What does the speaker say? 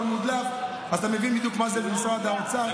מודלף אז אתה מבין בדיוק מה זה משרד האוצר.